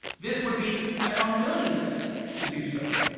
this would be an unwillingness to do so.